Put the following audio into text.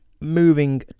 Moving